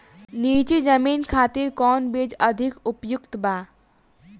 नीची जमीन खातिर कौन बीज अधिक उपयुक्त बा?